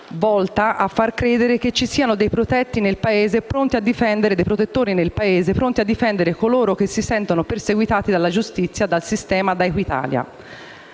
volta a far credere che ci siano dei protettori nel Paese, pronti a difendere coloro che si sentono perseguitati dalla giustizia, dal sistema, da Equitalia.